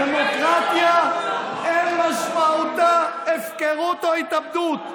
דמוקרטיה אין משמעותה הפקרות או התאבדות,